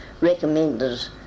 recommended